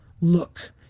Look